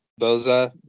Boza